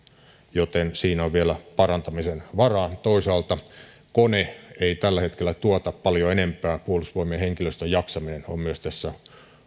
joten siinä on vielä parantamisen varaa toisaalta kone ei tällä hetkellä tuota paljon enempää ja puolustusvoimien henkilöstön jaksaminen myös tässä